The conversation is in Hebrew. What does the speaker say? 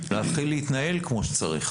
להתחיל להתנהל כמו שצריך?